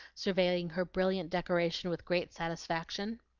surveying her brilliant decoration with great satisfaction.